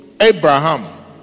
Abraham